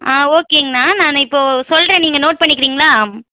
ஆ ஓகேங்கண்ணா நான் இப்போது சொல்கிறேன் நீங்கள் நோட் பண்ணிக்கிறீங்களா